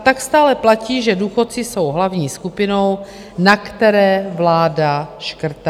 Tak stále platí, že důchodci jsou hlavní skupinou, na které vláda škrtá.